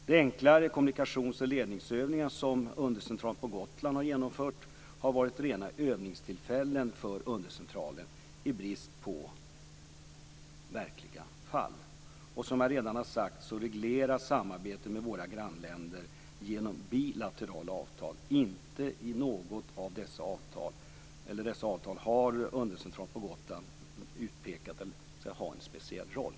De enklare kommunikations och ledningsövningar som undercentralen på Gotland genomfört har varit rena övningstillfällen för undercentralen, i brist på verkliga fall. Som jag redan har sagt regleras samarbetet med våra grannländer genom bilaterala avtal. Inte i något av dessa avtal har undercentralen på Gotland utpekats ha en speciell roll.